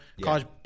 College